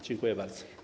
Dziękuję bardzo.